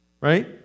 Right